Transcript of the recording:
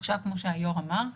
עכשיו, כמו שהיו"ר אמר,